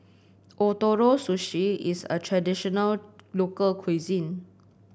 Ootoro Sushi is a traditional local cuisine